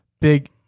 big